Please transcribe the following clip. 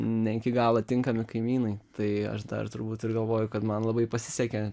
ne iki galo tinkami kaimynai tai aš dar turbūt ir galvoju kad man labai pasisekė